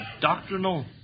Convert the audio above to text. doctrinal